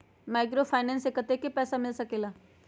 Microfinance से कतेक पैसा मिल सकले ला?